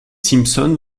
simpson